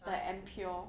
the ampoule